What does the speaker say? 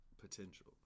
potential